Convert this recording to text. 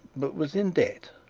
but was in debt.